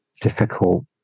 difficult